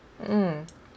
mm